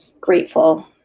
grateful